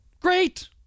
great